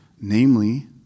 namely